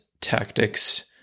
tactics